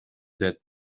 that